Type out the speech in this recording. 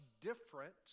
different